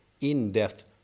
in-depth